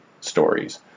stories